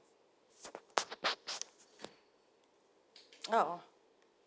ah oh